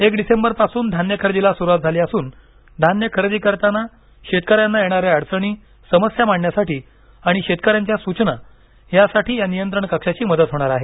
एक डिसेंबर पासून धान्य खरेदीला सुरुवात झाली असून धान्य खरेदी करताना शेतकऱ्यांना येणाऱ्या अडचणी समस्या मांडण्यासाठी आणि शेतकऱ्यांच्या सूचना यासाठी या नियंत्रण कक्षाची मदत होणार आहे